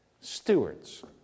stewards